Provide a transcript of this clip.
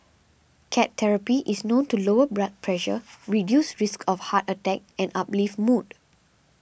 cat therapy is known to lower blood pressure reduce risks of heart attack and uplift mood